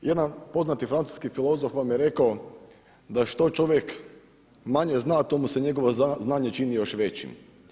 Jedan poznati francuski filozof vam je rekao da što čovjek manje zna to mu se njegovo znanje čini još većim.